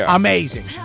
amazing